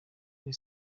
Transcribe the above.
kuri